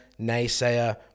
Naysayer